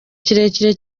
kirekire